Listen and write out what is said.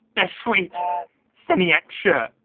a sweet sunny action